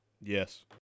Yes